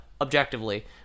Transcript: objectively